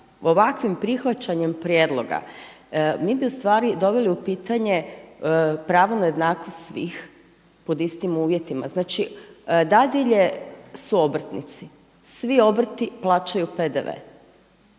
ovakvim prihvaćanjem prijedloga mi bi ustvari doveli u pitanje pravo na jednakost svih pod istim uvjetima. Znači dadilje su obrtnici, svi obrti plaćaju PDV.